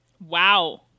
Wow